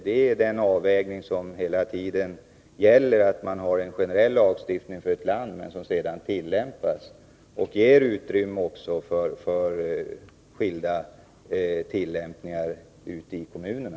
Det är den avvägningen som hela tiden gäller: vi har en generell lagstiftning för landet, och den ger sedan utrymme för skilda tillämpningar i kommunerna.